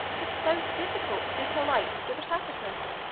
it's so difficult to be polite to the platypus,